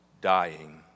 dying